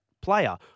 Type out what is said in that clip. player